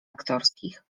aktorskich